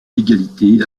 égalité